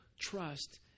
trust